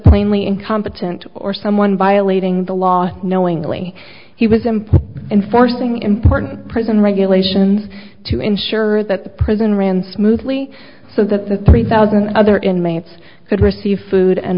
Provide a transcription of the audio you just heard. plainly incompetent or someone violating the law knowingly he was simply enforcing important prison regulations to ensure that the prison ran smoothly so that the three thousand other inmates could receive food and